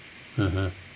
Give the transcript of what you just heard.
mmhmm